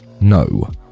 no